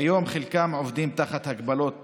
כיום חלקם עובדים תחת הגבלות